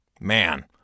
Man